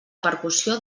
percussió